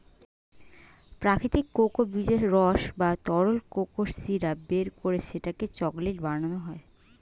প্রাকৃতিক কোকো বীজের রস বা তরল কোকো সিরাপ বের করে সেটাকে চকলেট বানানো হয়